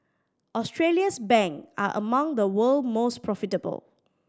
Australia's bank are among the world's most profitable